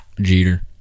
Jeter